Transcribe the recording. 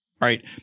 right